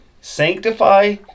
sanctify